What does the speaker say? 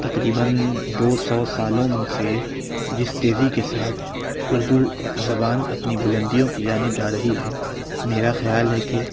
تقریباً دو سو سالوں سے جس تیزی کے ساتھ اردو زبان اپنی بلندیوں کی جانب جا رہی ہے میرا خیال ہے کہ